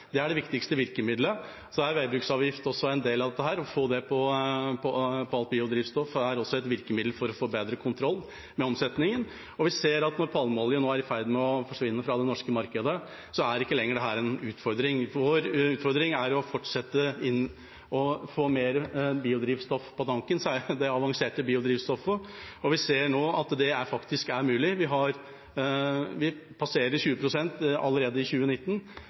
Det er det viktigste virkemiddelet. Veibruksavgift er også en del av dette. Å få det på alt biodrivstoff er et virkemiddel for å få bedre kontroll med omsetningen, og vi ser at når palmeolje nå er i ferd med å forsvinne fra det norske markedet, er ikke lenger dette en utfordring. Vår utfordring er å fortsette å få mer biodrivstoff på tanken, særlig det avanserte biodrivstoffet, og vi ser nå at det faktisk er mulig. Vi passerer 20 pst. allerede i 2019,